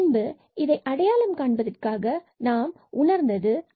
பின்பு இதை அடையாளம் காண்பதற்காக நாம் உணர்ந்தது rt s2